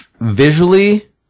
Visually